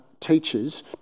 teachers